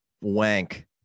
wank